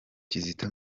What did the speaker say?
kizito